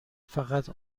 فقط